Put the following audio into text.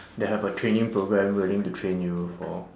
that have a training programme willing to train you for